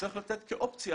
צריך לתת כאופציה